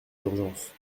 d’urgence